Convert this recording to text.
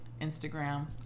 Instagram